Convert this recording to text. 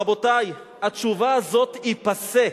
רבותי, התשובה הזאת היא פאסה,